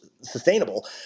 sustainable